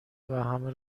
وهمه